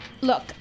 Look